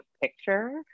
picture